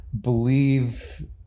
believe